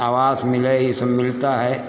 आवास मिले ये सब मिलता है